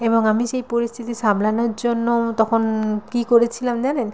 এবং আমি যেই পরিস্থিতি সামলানোর জন্য তখন কী করেছিলাম জানেন